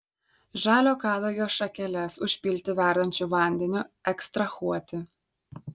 žalio kadagio šakeles užpilti verdančiu vandeniu ekstrahuoti